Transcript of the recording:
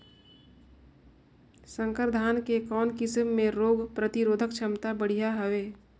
संकर धान के कौन किसम मे रोग प्रतिरोधक क्षमता बढ़िया हवे?